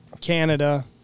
Canada